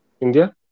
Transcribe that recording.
India